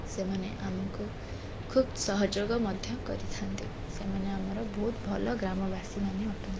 ସେମାନେ ଆମକୁ ଖୁବ୍ ସହଯୋଗ ମଧ୍ୟ କରିଥାନ୍ତି ସେମାନେ ଆମର ବହୁତ୍ ଭଲ ଗ୍ରାମବାସୀମାନେ ଅଟନ୍ତି